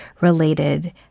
Related